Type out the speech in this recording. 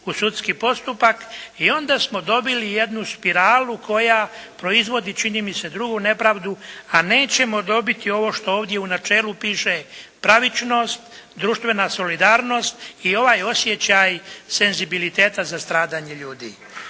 u sudski postupak i onda smo dobili jednu spiralu koja proizvodi čini mi se drugu nepravdu, a nećemo dobiti ovo što ovdje u načelu piše pravičnost, društvena solidarnost i ovaj osjećaj senzibiliteta za stradanje ljudi.